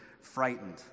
frightened